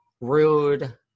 rude